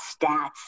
stats